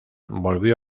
volvió